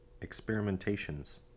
Experimentations